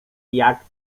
jak